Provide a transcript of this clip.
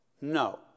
No